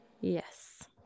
Yes